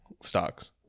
stocks